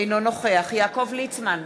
אינו נוכח יעקב ליצמן,